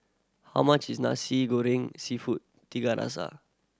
how much is Nasi Goreng Seafood Tiga Rasa